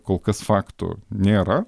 kol kas faktų nėra